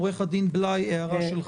עו"ד בליי, הערה שלך.